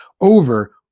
over